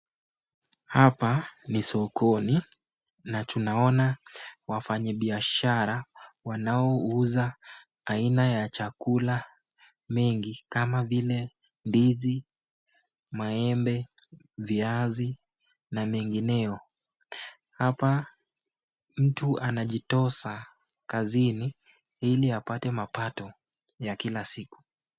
Hapa ni sokoni na tumaona wafanya biashara wanaouza aina ya chakula mingi kama vile ndizi maembe viazi na mengineo. Hapa mtu anajitosa kazini ili apate mapato ya kila siku.